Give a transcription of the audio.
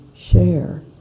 share